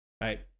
Right